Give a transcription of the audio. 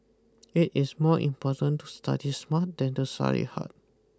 it is more important to study smart than to study hard